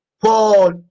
Paul